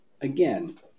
again